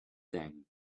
thing